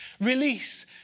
release